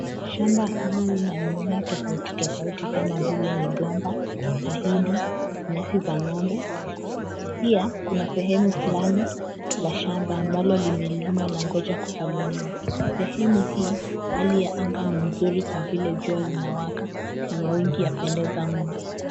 Shamba hili ni la mimea tofauti tofauti kama vile; migomba, mahindi, nyasi za ngombe. Pia, kuna sehemu fulani la shamba ambalo limelimwa langoja kupaliliwa. Sehemu hii hali ya anga ni mzuri kwa vile jua linawaka na mawingu yapendeza mno.